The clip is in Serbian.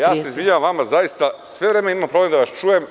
Ja se izvinjavam vama zaista, sve vreme imam problem da vas čujem.